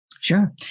Sure